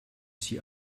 sie